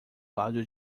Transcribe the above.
lado